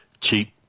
cheap